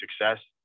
success